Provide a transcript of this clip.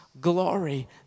glory